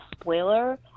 spoiler